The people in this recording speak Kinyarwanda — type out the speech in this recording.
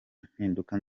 impinduka